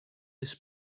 his